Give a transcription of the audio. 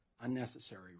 unnecessary